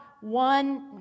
one